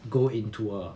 go into err